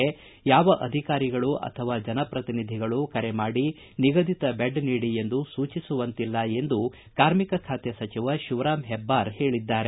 ಹೊರತು ಯಾವ ಅಧಿಕಾರಿಗಳು ಅಥವಾ ಜನಪ್ರತಿನಿಧಿಗಳು ಕರೆ ಮಾಡಿ ನಿಗದಿತ ಬೆಡ್ ನೀಡಿ ಎಂದು ಸೂಚಿಸುವಂತಿಲ್ಲ ಎಂದು ಕಾರ್ಮಿಕ ಖಾತೆ ಸಚಿವ ಶಿವರಾಮ್ ಹೆಬ್ಲಾರ್ ಹೇಳಿದ್ದಾರೆ